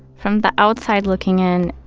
from the outside looking in,